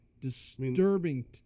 disturbing